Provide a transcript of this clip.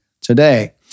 today